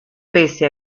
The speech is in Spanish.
pese